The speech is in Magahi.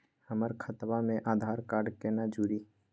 हमर खतवा मे आधार कार्ड केना जुड़ी?